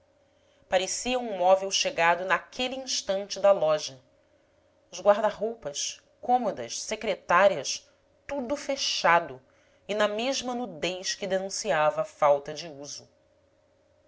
parecia um móvel chegado naquele instante da loja os guarda roupas cômodas secretárias tudo fechado e na mesma nudez que denunciava falta de uso